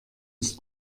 ist